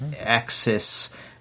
access